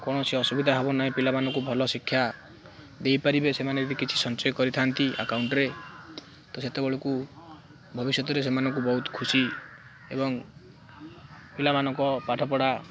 କୌଣସି ଅସୁବିଧା ହେବ ନାହିଁ ପିଲାମାନଙ୍କୁ ଭଲ ଶିକ୍ଷା ଦେଇପାରିବେ ସେମାନେ ଯଦି କିଛି ସଞ୍ଚୟ କରିଥାନ୍ତି ଆକାଉଣ୍ଟରେ ତ ସେତେବେଳକୁ ଭବିଷ୍ୟତରେ ସେମାନଙ୍କୁ ବହୁତ ଖୁସି ଏବଂ ପିଲାମାନଙ୍କ ପାଠପଢ଼ା